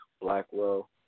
Blackwell